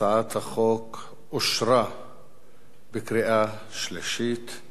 הצעת החוק אושרה בקריאה שלישית,